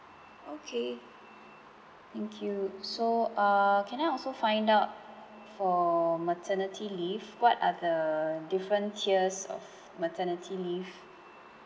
okay thank you so uh can I also find out for maternity leave what are the different tiers of maternity leave